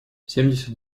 семьдесят